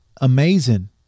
amazing